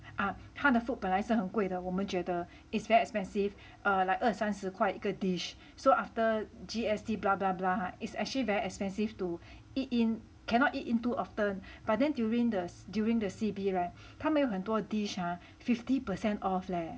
ah 他的 food 本来是很贵的我们觉得 it's very expensive like 二三十块一个 dish so after G_S_T blah blah blah it's actually very expensive to eat in cannot eat in too often but then during the during the C_B [right] 他们有很多 dish ah fifty percent off leh